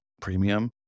premium